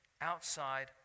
outside